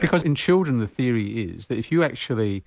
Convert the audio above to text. because in children the theory is that if you actually